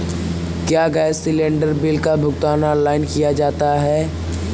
क्या gas cylinder bill का भुगतान ऑनलाइन किया जा सकता है?